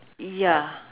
ya